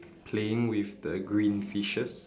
playing with the green fishes